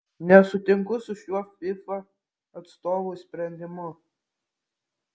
nesutinku su šiuo fifa atstovų sprendimu